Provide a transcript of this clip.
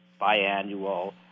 biannual